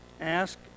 Ask